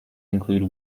include